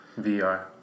VR